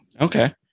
Okay